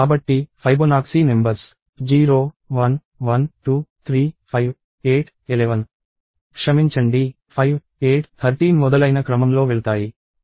కాబట్టి Fibonacci numbers 0 1 1 2 3 5 8 11 క్షమించండి 5 8 13 మొదలైన క్రమంలో వెళ్తాయి